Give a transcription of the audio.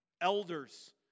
elders